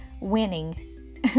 winning